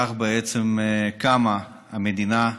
כך בעצם קמה המדינה,